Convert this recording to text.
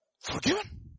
forgiven